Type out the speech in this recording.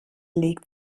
legt